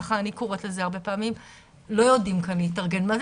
ככה אני קוראת לזה הרבה פעמים לא יודעים כאן להתארגן-יודעים